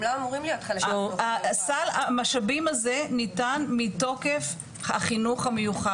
סל המשאבים הזה ניתן מתוקף החינוך המיוחד.